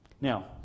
Now